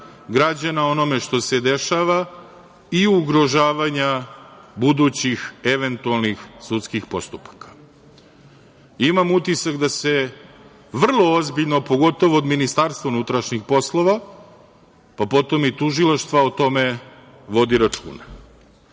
građana o onome što se dešava i ugrožavanja budućih eventualnih sudskih postupaka. Imam utisak da se vrlo ozbiljno, pogotovo od Ministarstva unutrašnjih poslova, pa potom i tužilaštva, o tome vodi